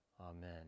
amen